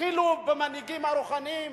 התחילו במנהיגים הרוחניים,